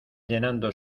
llenando